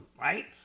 right